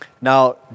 Now